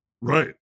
Right